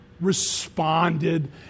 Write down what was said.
responded